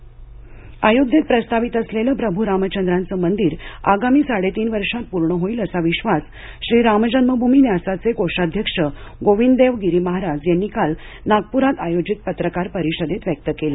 राममंदिर अयोध्येत प्रस्तावित असलेलं प्रभू रामचंद्राचं मंदिर आगामी साडेतीन वर्षात पूर्ण होईल असा विश्वास श्रीरामजन्मभूमी न्यासाचे कोषाध्यक्ष गोविंददेव गिरी महाराज यांनी काल नागपुरात आयोजित पत्रकार परिषदेत व्यक्त केला